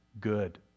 good